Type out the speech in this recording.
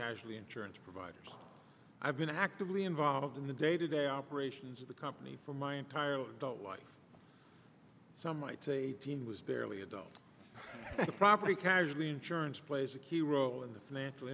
casualty insurance providers i have been actively involved in the day to day operations of the company for my entire adult life some might say a teen was barely adult property casualty insurance plays a key role in the financial